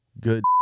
good